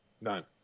none